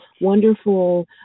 wonderful